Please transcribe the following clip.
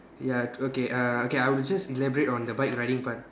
ya okay uh okay I will just elaborate on the bike riding part